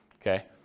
Okay